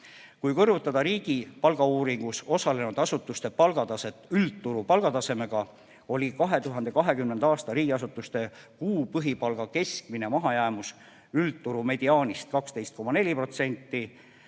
Kui kõrvutada riigi palgauuringus osalenud asutuste palgataset üldturu palgatasemega, oli 2020. aasta riigiasutuste kuu põhipalga keskmine mahajäämus üldturu mediaanist 12,4%,